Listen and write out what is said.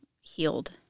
healed